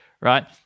right